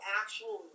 actual